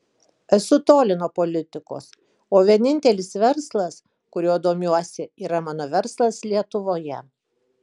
esu toli nuo politikos o vienintelis verslas kuriuo domiuosi yra mano verslas lietuvoje